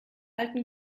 alten